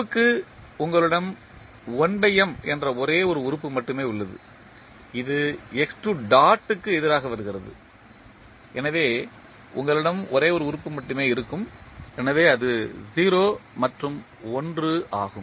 F க்கு உங்களிடம் என்ற ஒரே ஒரு உறுப்பு மட்டுமே உள்ளது இது க்கு எதிராக வருகிறது எனவே உங்களிடம் ஒரே ஒரு உறுப்பு மட்டுமே இருக்கும் எனவே அது 0 மற்றும் 1 ஆகும்